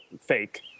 fake